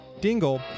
Dingle